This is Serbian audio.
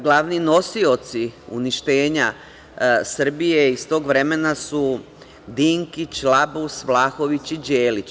Glavni nosioci uništenja Srbije iz tog vremena su Dinkić, Labus, Vlahović i Đelić.